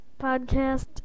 podcast